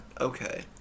Okay